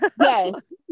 Yes